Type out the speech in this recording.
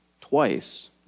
twice